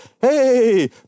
hey